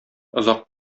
озак